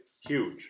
Huge